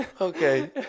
Okay